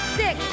six